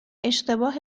اشتباه